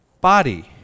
body